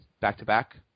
back-to-back